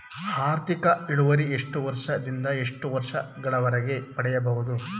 ಆರ್ಥಿಕ ಇಳುವರಿ ಎಷ್ಟು ವರ್ಷ ದಿಂದ ಎಷ್ಟು ವರ್ಷ ಗಳವರೆಗೆ ಪಡೆಯಬಹುದು?